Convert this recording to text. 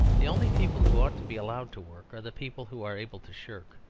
the only people who ought to be allowed to work are the people who are able to shirk.